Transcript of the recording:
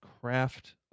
craft